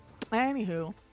Anywho